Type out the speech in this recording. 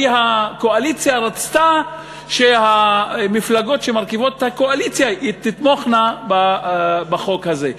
כי הקואליציה רצתה שהמפלגות שמרכיבות את הקואליציה תתמוכנה בחוק הזה?